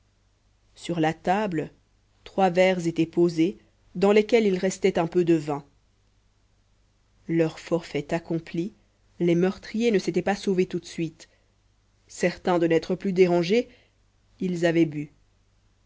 sur la table trois verres étaient posés dans lesquels il restait un peu de vin leur forfait accompli les meurtriers ne s'étaient pas sauvés tout de suite certains de n'être plus dérangés ils avaient bu